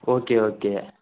okay okay